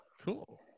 Cool